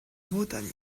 bretagne